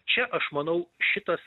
čia aš manau šitas